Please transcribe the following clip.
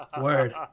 Word